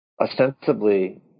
ostensibly